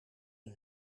hun